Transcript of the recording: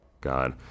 God